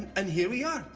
and here we are.